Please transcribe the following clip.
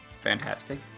fantastic